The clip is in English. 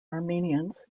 armenians